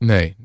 Nee